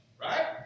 Right